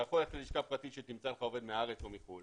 אתה יכול ללכת ללשכה פרטית שתמצא לך עובד מהארץ או מחו"ל,